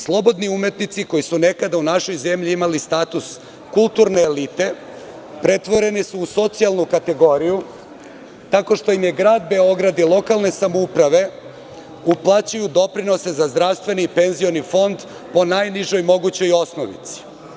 Slobodni umetnici koji su nekada u našoj zemlji imali status kulturne elite pretvoreni su u socijalnu kategoriju, tako što im je grad Beograd i lokalne samouprave uplaćuju doprinose za zdravstveni i penzioni fond po najnižoj mogućoj osnovici.